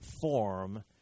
form